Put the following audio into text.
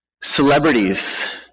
Celebrities